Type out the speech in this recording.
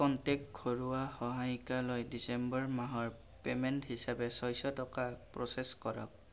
contact ঘৰুৱা সহায়িকালৈ December মাহৰ পে'মেণ্ট হিচাপে ছয় শ টকা প্ৰ'চেছ কৰক